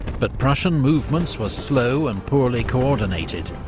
but prussian movements were slow and poorly co-ordinated,